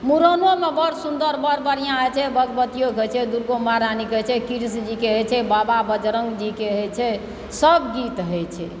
मुरनोमे बड़ सुन्दर बड़ बढ़िआँ होइत छै भगवतीयोके होइत छै दुर्गो महारानीके होइत छै कृष्ण जीके होइत छै बाबा बजरङ्ग जीके होइत छै सब गीत होइत छै